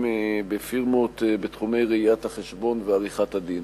בפירמות בתחומי ראיית-החשבון ועריכת-הדין.